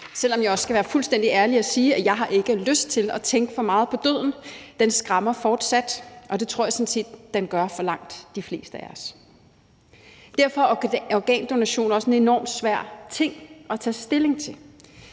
selv om jeg også skal være fuldstændig ærlig og sige, at jeg ikke har lyst til at tænke for meget på døden. Den skræmmer mig fortsat, og det tror jeg sådan set den gør for langt de fleste af os. Derfor er organdonation også en enormt svær ting at tage stilling til,